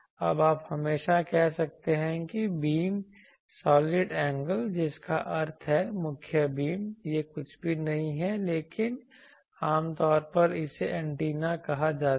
अब आप हमेशा कह सकते हैं कि बीम सॉलिड एंगल जिसका अर्थ है मुख्य बीम यह कुछ भी नहीं है लेकिन आम तौर पर इसे एंटेना कहा जाता है